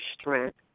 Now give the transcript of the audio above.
strength